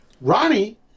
Ronnie